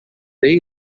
day